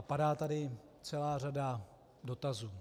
Padá tady celá řada dotazů.